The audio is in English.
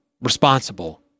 responsible